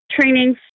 trainings